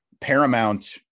Paramount